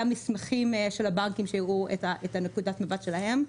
גם מסמכים של הבנקים שיראו את נקודת המבט שלהם.